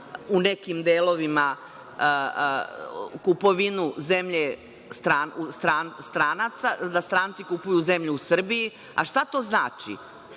u nekim delovima, kupovinu zemlje stranaca, da stranci kupuju zemlju u Srbiji. Šta to znači?